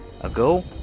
ago